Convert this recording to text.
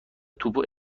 توپو